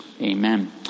Amen